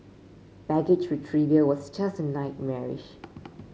baggage retrieval was just as nightmarish